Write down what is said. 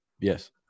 yes